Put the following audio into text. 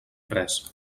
pres